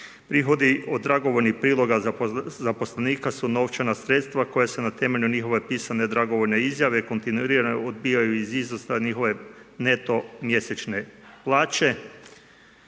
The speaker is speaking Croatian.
Prihodi od dragovoljnih priloga zaposlenika su novčana sredstva koja se na temelju njihove pisane dragovoljne izjave kontinuirano odbijaju iz iznosa NETO mjesečne plaće.